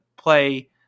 play